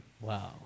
Wow